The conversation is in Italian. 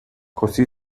così